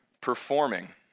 performing